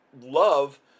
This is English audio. love